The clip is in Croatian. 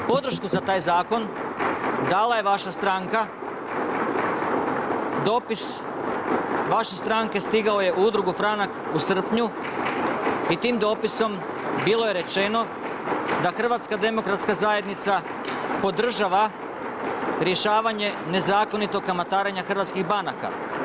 Podršku za taj zakon, dala je vaša stranka, dopis vaše stranke stigao je u Udrugu Franak u srpnju i tim dopisom bilo je rečeno da HDZ podržava rješavanje nezakonito kamatarenje hrvatskih banaka.